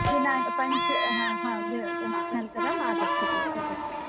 दिना पञ्च हा हा अनन्तरम् आगच्छतु आगच्छतु